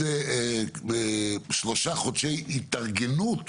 עוד שלושה חודשי התארגנות.